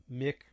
Mick